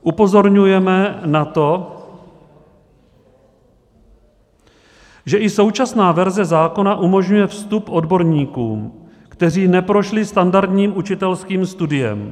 Upozorňujeme na to, že i současná verze zákona umožňuje vstup odborníkům, kteří neprošli standardním učitelským studiem.